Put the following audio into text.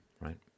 right